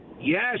Yes